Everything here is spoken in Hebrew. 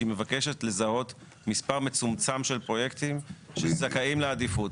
שהיא מבקשת לזהות מספר מצומצם של פרויקטים שזכאים לעדיפות.